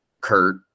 Kurt